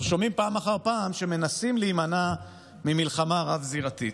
אנחנו שומעים פעם אחר פעם שמנסים להימנע ממלחמה רב-זירתית.